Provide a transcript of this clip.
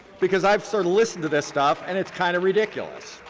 because i've sort of listened to this stuff and it's kind of ridiculous.